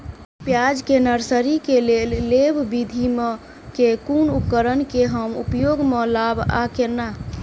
प्याज केँ नर्सरी केँ लेल लेव विधि म केँ कुन उपकरण केँ हम उपयोग म लाब आ केना?